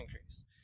increase